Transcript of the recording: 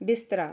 ਬਿਸਤਰਾ